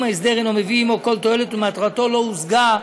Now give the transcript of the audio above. ההסדר אינו מביא עמו כל תועלת ומטרתו לא הושגה.